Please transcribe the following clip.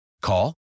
Call